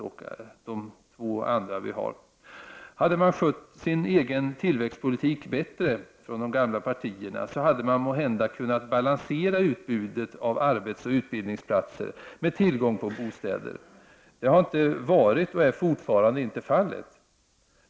Hade de gamla partierna skött sin egen tillväxtpolitik bättre, hade man måhända kunnat balansera utbudet av arbetsoch utbildningsplatser med tillgången på bostäder. Detta har inte varit och är fortfarande inte fallet.